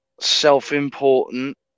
self-important